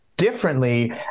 differently